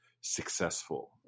successful